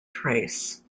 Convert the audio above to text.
trace